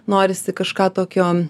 norisi kažką tokio